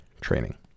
training